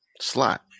slot